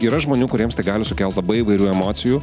yra žmonių kuriems tai gali sukelt labai įvairių emocijų